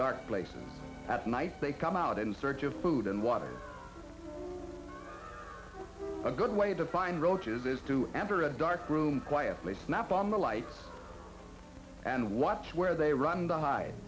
dark places at night they come out in search of food and water a good way to find roaches is to enter a dark room quietly snap on the light and watch where they run to hide